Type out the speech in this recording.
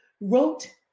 wrote